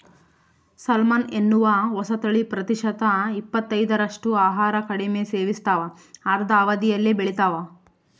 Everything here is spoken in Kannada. ಸಾಲ್ಮನ್ ಎನ್ನುವ ಹೊಸತಳಿ ಪ್ರತಿಶತ ಇಪ್ಪತ್ತೈದರಷ್ಟು ಆಹಾರ ಕಡಿಮೆ ಸೇವಿಸ್ತಾವ ಅರ್ಧ ಅವಧಿಯಲ್ಲೇ ಬೆಳಿತಾವ